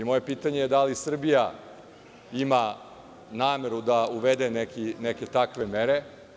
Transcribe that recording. Moje pitanje je – da li Srbija ima nameru da uvede neke takve mere?